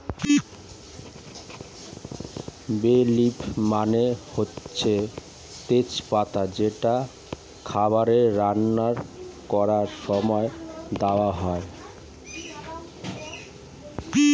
বে লিফ মানে হচ্ছে তেজ পাতা যেটা খাবারে রান্না করার সময়ে দেওয়া হয়